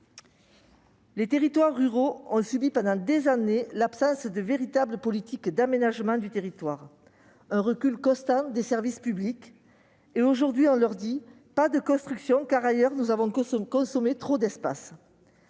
Les territoires ruraux ont subi pendant des années l'absence de véritable politique d'aménagement du territoire et un recul constant des services publics. Est-il juste aujourd'hui de leur refuser de construire au motif qu'ailleurs nous avons consommé trop d'espace ?